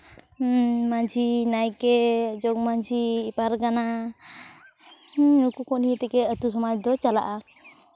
ᱢᱟᱹᱡᱷᱤ ᱱᱟᱭᱠᱮ ᱡᱚᱜᱽᱢᱟᱹᱡᱷᱤ ᱯᱟᱨᱜᱟᱱᱟ ᱱᱩᱠᱩ ᱠᱚ ᱱᱤᱭᱮ ᱛᱮᱜᱮ ᱟᱛᱳ ᱥᱚᱢᱟᱡᱽ ᱫᱚ ᱪᱟᱞᱟᱜᱼᱟ